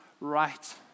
right